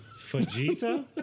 Vegeta